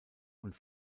und